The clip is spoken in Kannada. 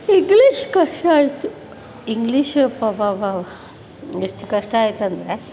ಇಂಗ್ಲೀಷ್ ಕಷ್ಟ ಆಯಿತು ಇಂಗ್ಲೀಷು ಅಬ್ಬಬ್ಬಾ ಎಷ್ಟು ಕಷ್ಟ ಆಯಿತಂದ್ರೆ